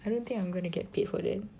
I don't think I'm gonna get paid for that